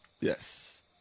Yes